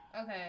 Okay